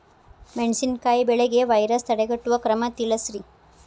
ಮೆಣಸಿನಕಾಯಿ ಬೆಳೆಗೆ ವೈರಸ್ ತಡೆಗಟ್ಟುವ ಕ್ರಮ ತಿಳಸ್ರಿ